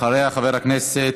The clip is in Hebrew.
אחריה, חבר הכנסת